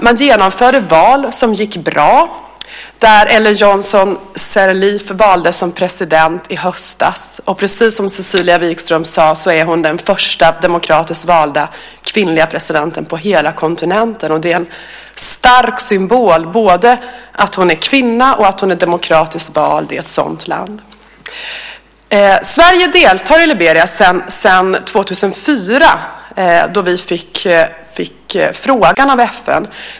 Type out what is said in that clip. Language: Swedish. Man genomförde val som gick bra, där Ellen Johnson-Sirleaf valdes till president i höstas. Precis som Cecilia Wigström sade är hon den första demokratiskt valda kvinnliga presidenten på hela kontinenten. Det är en stark symbol, både att hon är kvinna och att hon är demokratiskt vald i ett sådant land. Sverige deltar i Liberia sedan 2004, då vi fick frågan av FN.